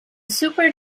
super